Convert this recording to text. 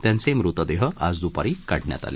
त्यांचे मृतदेह आज दूपारी काढण्यात आले